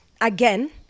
again